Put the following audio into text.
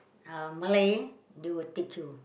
uh Malay they will take you